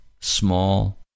small